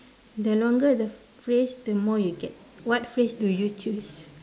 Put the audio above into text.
the longer the phrase the more you get what phrase do you choose